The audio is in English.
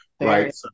right